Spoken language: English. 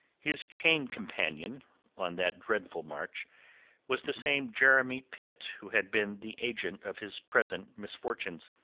his chain companion on that dreadful march was the same jeremy pitt who had been the agent of his present misfortunes.